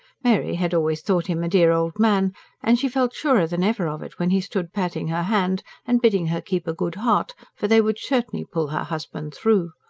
mary had always thought him a dear old man and she felt surer than ever of it when he stood patting her hand and bidding her keep a good heart for they would certainly pull her husband through.